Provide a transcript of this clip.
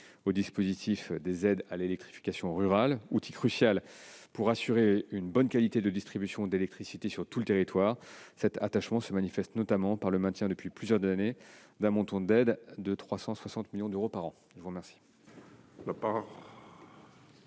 au dispositif des aides à l'électrification rurale, outil crucial pour assurer une bonne qualité de distribution d'électricité sur tout le territoire. Cet attachement se manifeste notamment par le maintien, depuis plusieurs années, d'une aide d'un montant de 360 millions d'euros par an. La parole